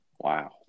wow